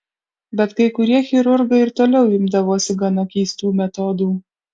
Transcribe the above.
bet kai kurie chirurgai ir toliau imdavosi gana keistų metodų